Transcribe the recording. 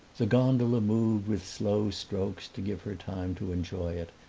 the gondola moved with slow strokes, to give her time to enjoy it,